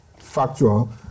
factual